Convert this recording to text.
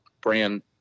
brand